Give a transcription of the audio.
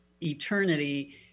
eternity